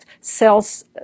cells